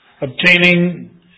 obtaining